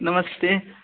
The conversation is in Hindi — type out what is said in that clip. नमस्ते